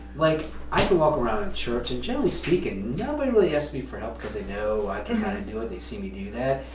like i can walk around in church and generally speaking nobody really asks me for help, because they know i can kind of do it. they see me do that.